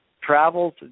travels